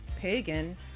pagan